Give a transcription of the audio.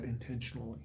intentionally